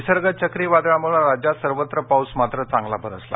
निसर्ग चक्रीवादळामुळे राज्यात सर्वत्र पाऊस मात्र चांगला बरसला